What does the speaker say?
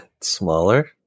smaller